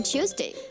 Tuesday